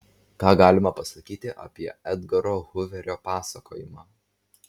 ką galima pasakyti apie edgaro huverio pasakojimą